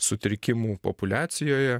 sutrikimų populiacijoje